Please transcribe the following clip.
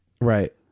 right